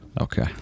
Okay